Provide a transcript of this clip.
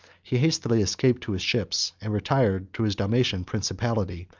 he hastily escaped to his ships, and retired to his dalmatian principality,